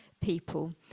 people